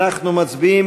אנחנו מצביעים,